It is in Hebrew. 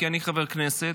כי אני חבר כנסת,